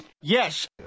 Yes